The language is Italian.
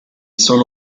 sono